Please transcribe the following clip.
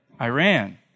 Iran